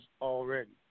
already